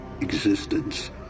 existence